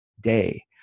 day